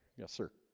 yes, sir